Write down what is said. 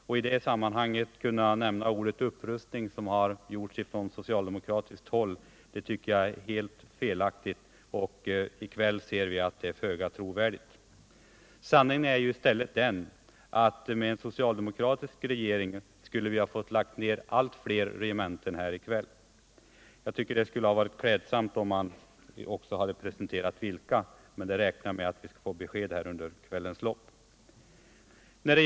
Att i det sammanhanget nämna ordet upprustning, vilket har gjorts från socialdemokratiskt håll, tycker jag är alldeles felaktigt, och i kväll ser vi att det är föga trovärdigt. Sanningen är ju i stället den att med en socialdemokratisk regering skulle vi ha fått lägga ner fler regementen. Jag tycker att det hade varit klädsamt om man också hade presenterat vilka, men jag räknar med att vi skall få besked om det under kvällens lopp.